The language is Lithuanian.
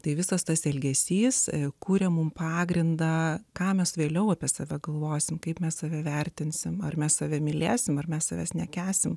tai visas tas elgesys kuria mums pagrindą ką mes vėliau apie save galvosime kaip mes save vertinsime ar mes save mylėsime ar mes savęs nekęsime